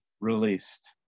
released